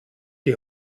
die